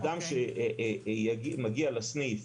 אדם שמגיע לסעיף